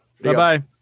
Bye-bye